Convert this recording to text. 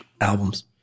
Albums